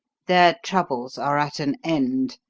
their troubles are at an end,